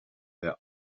their